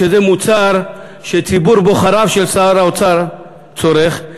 שזה מוצר שציבור בוחריו של שר האוצר צורך,